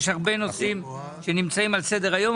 יש הרבה נושאים שנמצאים על סדר-היום.